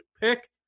pick